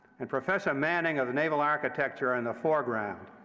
and professor manning of the naval architecture in the foreground.